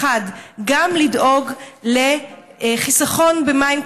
גם לדאוג לחיסכון במים,